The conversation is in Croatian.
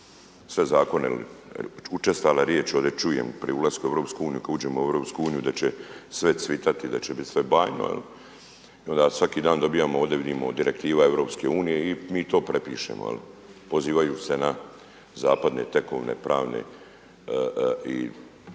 sve zakone jer učestala riječ ovdje čujem pri ulasku u EU kada uđemo u EU da će sve cvitati da će biti sve bajno i onda svaki dan dobivamo ovdje vidimo direktiva EU i mi to prepišemo pozivajući se na zapadne tekovine pravne i